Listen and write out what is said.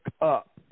up